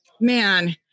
man